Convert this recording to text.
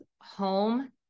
home